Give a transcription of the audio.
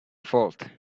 fault